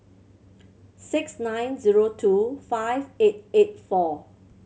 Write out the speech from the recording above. six nine zero two five eight eight four